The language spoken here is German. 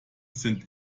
sind